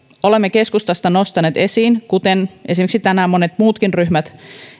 olemme keskustasta nostaneet esiin kuten esimerkiksi tänään monet muutkin ryhmät